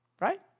right